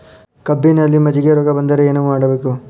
ಕಬ್ಬಿನಲ್ಲಿ ಮಜ್ಜಿಗೆ ರೋಗ ಬಂದರೆ ಏನು ಮಾಡಬೇಕು?